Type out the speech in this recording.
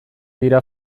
dira